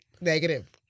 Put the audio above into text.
negative